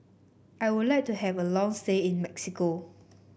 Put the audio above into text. I would like to have a long stay in Mexico